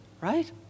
right